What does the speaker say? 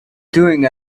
doing